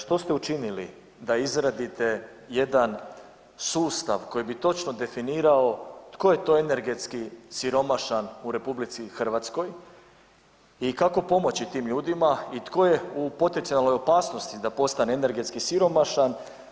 Što ste učinili da izradite jedan sustav koji bi točno definirao tko je to energetski siromašan u RH i kako pomoći tim ljudima i tko je u potencijalnoj opasnosti da postane energetski siromašan?